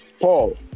Paul